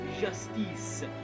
justice